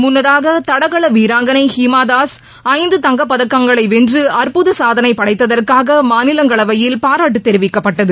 முன்னதாக தடகள வீராங்கனை ஹிமா தாஸ் ஐந்து தங்கப்பதக்கங்களை வென்று அற்புத சாதனை படைத்ததற்காக மாநிலங்களவையில் பாராட்டு தெரிவிக்கப்பட்டது